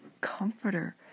comforter